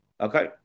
Okay